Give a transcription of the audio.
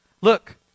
Look